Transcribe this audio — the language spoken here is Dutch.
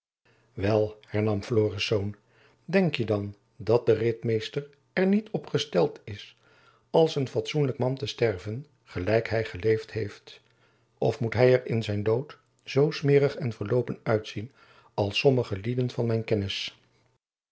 wel hernam florisz denk je dan dat de ritmeester er niet op gesteld is als een fatsoenlijk man te sterven gelijk hy geleefd heeft of moest hy er in zijn dood zoo smeerig en verloopen uitzien als sommige lieden van mijn kennis